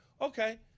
okay